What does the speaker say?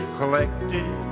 collected